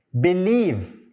believe